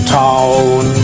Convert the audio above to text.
town